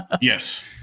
yes